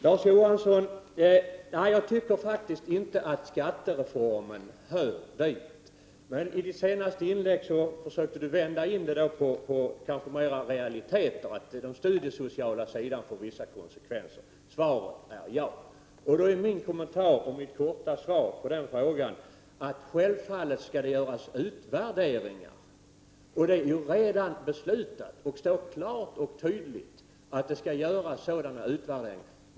Larz Johansson! Jag tycker faktiskt inte att skattereformen hör hit! I sitt senaste inlägg försökte Larz Johansson vända det till att den kan få vissa konsekvenser för den studiesociala sidan, något som är mer av en realitet. Svaret på den fråga han ställde är ja. Det skall självfallet göras utvärderingar. Det är redan beslutat och står klart och tydligt att det skall göras sådana utvärderingar.